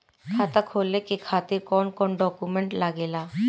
खाता खोले के खातिर कौन कौन डॉक्यूमेंट लागेला?